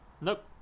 Nope